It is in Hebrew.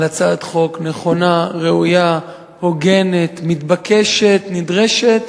על הצעת חוק נכונה, ראויה, הוגנת, מתבקשת, נדרשת,